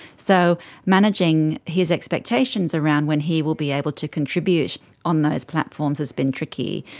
so managing his expectations around when he will be able to contribute on those platforms has been tricky.